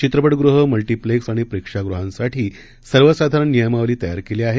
चित्रपटगृह मल्टीप्लेक्सआणिप्रेक्षागृहांसाठीसर्वसाधारणनियमावलीतयारकेलीआहे